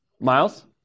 Miles